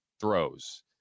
throws